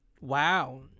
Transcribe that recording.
Wow